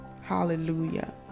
Hallelujah